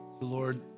Lord